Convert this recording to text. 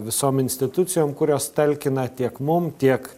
visom institucijom kurios talkina tiek mum tiek